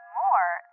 more